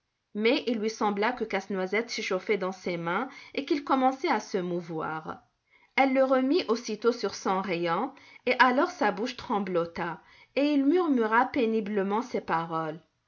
mais il lui sembla que casse-noisette s'échauffait dans ses mains et qu'il commençait à se mouvoir elle le remit aussitôt sur son rayon et alors sa bouche tremblota et il murmura péniblement ces paroles